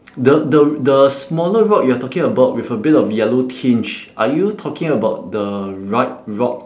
the the the smaller rock you are talking about with a bit of yellow tinge are you talking about the right rock